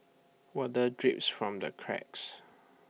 water drips from the cracks